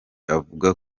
avuga